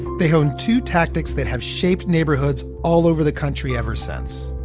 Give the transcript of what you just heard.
they honed two tactics that have shaped neighborhoods all over the country ever since,